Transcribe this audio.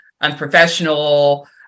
unprofessional